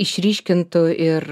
išryškintų ir